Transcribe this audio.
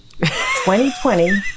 2020